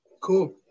Cool